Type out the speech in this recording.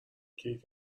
کیک